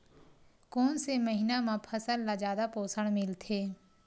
कोन से महीना म फसल ल जादा पोषण मिलथे?